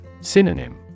Synonym